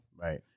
Right